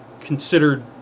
considered